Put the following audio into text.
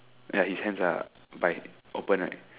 ya his hands are by open right